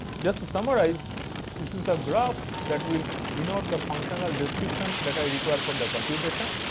just to summarize this is a graph that will denote the functional description that i required for the computation.